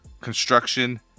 construction